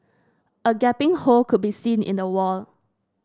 a gaping hole could be seen in the wall